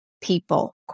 people